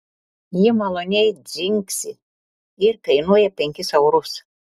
ji maloniai dzingsi ir kainuoja penkis eurus